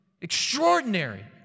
extraordinary